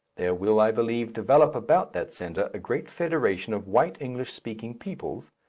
there will, i believe, develop about that centre a great federation of white english-speaking peoples,